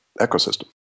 ecosystem